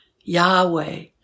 Yahweh